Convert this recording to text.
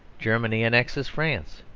germany annexes france.